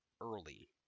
early